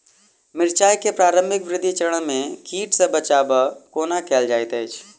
मिर्चाय केँ प्रारंभिक वृद्धि चरण मे कीट सँ बचाब कोना कैल जाइत अछि?